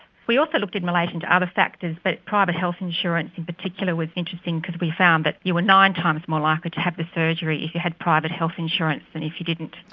we also looked in relation to other factors, but private health insurance in particular was interesting because we found that you were nine times more likely to have the surgery if you had private health insurance than if you didn't.